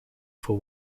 for